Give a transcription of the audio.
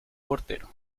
portero